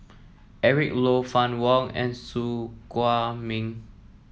Eric Low Fann Wong and Su Guaning